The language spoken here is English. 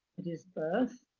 at his birth,